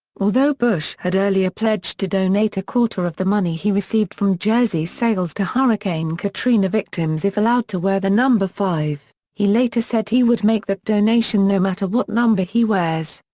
although bush had earlier pledged to donate a quarter of the money he received from jersey sales to hurricane katrina victims if allowed to wear the number five, he later said he would make that donation no matter what number he wears.